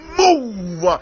move